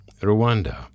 Rwanda